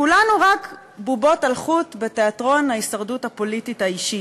כולנו רק בובות על חוט בתיאטרון ההישרדות הפוליטית האישית.